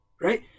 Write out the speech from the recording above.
Right